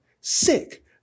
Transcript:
sick